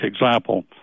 example